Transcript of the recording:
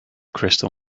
crystal